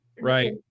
right